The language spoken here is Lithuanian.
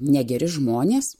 negeri žmonės